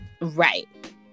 right